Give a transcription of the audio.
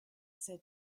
said